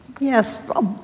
Yes